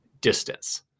distance